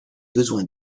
besoin